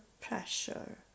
pressure